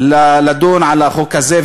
לדון על החוק הזה,